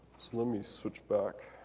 let me switch back.